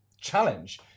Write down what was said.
challenge